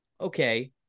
Okay